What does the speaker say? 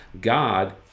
God